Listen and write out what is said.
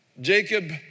Jacob